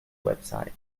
website